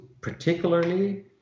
particularly